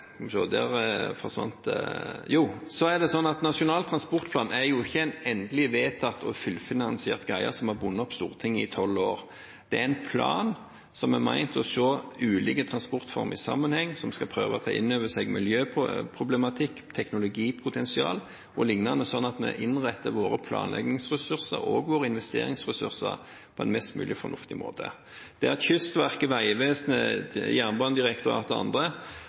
ikke en endelig vedtatt og fullfinansiert greie som har bundet opp Stortinget i tolv år. Det er en plan som er ment å se ulike transportformer i sammenheng, som skal prøve å ta inn over seg miljøproblematikk, teknologipotensial og lignende, slik at vi innretter våre planleggingsressurser og våre investeringsressurser på en mest mulig fornuftig måte. Det at Kystverket, Vegvesenet, Jernbanedirektoratet og andre